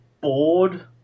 bored